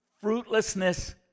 Fruitlessness